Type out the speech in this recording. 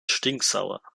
stinksauer